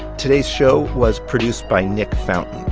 today's show was produced by nick fountain